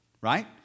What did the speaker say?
right